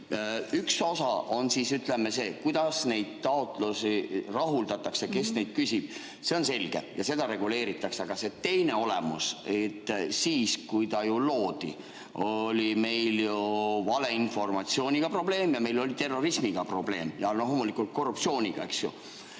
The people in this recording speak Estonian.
Üks osa on see, kuidas neid taotlusi rahuldatakse, see, kes neid küsib. See on selge ja seda reguleeritakse. Aga on see teine olemus. Siis, kui ta loodi, oli meil ju valeinformatsiooniga probleem ja terrorismiga probleem ja loomulikult korruptsiooniga. Kas see